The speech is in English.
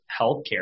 healthcare